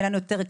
יהיה לנו קל,